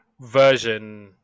version